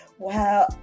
Wow